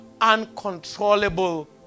uncontrollable